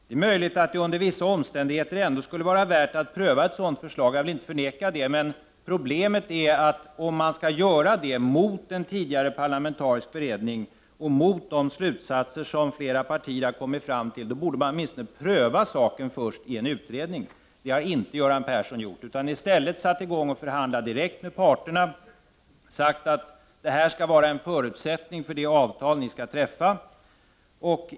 Det är möjligt att det under vissa omständigheter ändå skulle vara värt att pröva ett sådant förslag — jag vill inte förneka det — men problemet är att om man skall göra det mot tidigare parlamentarisk beredning och mot de slutsatser som flera partier har kommit fram till, borde man åtminstone först pröva saken i en utredning. Det har inte Göran Persson gjort, utan han har i stället satt i gång att förhandla direkt med parterna och sagt: Det här skall vara en förutsättning för det avtal ni skall träffa.